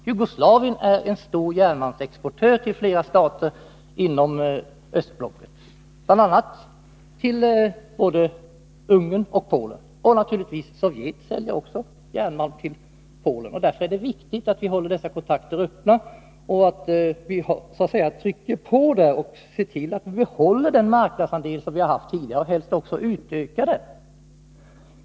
Jugoslavien är en mycket stor järnmalmsexportör till flera stater inom östblocket, bl.a. till både Ungern och Polen. Och naturligtvis säljer också Sovjet järnmalm till Polen. Därför är det viktigt att hålla dessa kontakter öppna och så att säga trycka på och se till att vi behåller den marknadsandel som vi haft tidigare och helst också utökar den.